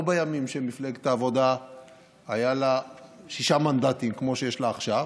לא בימים שלמפלגת העבודה היו שישה מנדטים כמו שיש לה עכשיו,